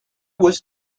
was